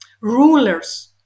rulers